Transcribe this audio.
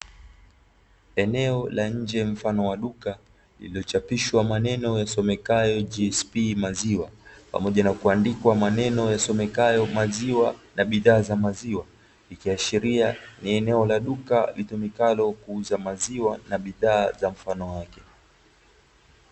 Eneo la nje mfano wa duka lililochapishwa maneno yasomekayo "GSP MILK", pamoja na kuandikwa maneno yasomekayo "maziwa na bidhaa za maziwa", ikiashiria ni eneo la duka litumikalo kuuza maziwa na bidhaa za mfano wake.